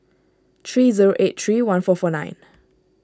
three zero eight three one four four nine